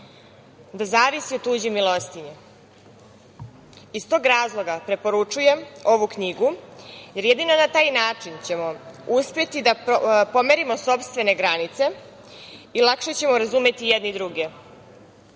da zavisi od tuđe milostinje. Iz tog razloga preporučujem ovu knjigu jer jedino na taj način ćemo uspeti da pomerimo sopstvene granice i lakše ćemo razumeti jedni